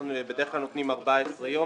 בדרך כלל אנחנו נותנים 14 ימים.